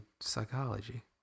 psychology